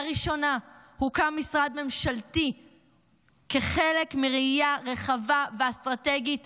כשלראשונה הוקם משרד ממשלתי כחלק מראייה רחבה ואסטרטגית